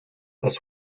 las